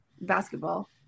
Basketball